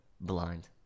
blind